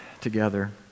together